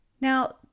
Now